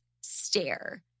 stare